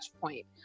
point